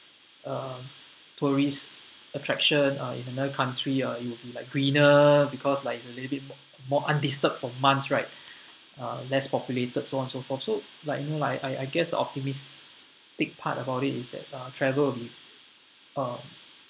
um tourist attraction uh in another country uh it'll be like greener because like it's a little bit mo~ more undisturbed for months right uh less populated so on so forth so like you know like I I guess the optimistic part about it is that uh travel will be uh